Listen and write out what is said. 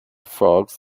frogs